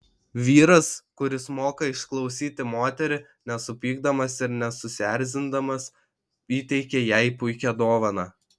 vyras kuris moka išklausyti moterį nesupykdamas ir nesusierzindamas įteikia jai puikią dovaną